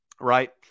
Right